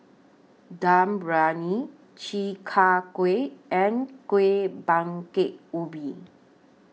Dum Briyani Chi Kak Kuih and Kuih Bingka Ubi